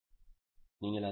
நீங்கள் அதைப் பெறுகிறீர்களா